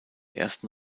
ersten